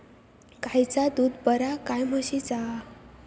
गायचा दूध बरा काय म्हशीचा?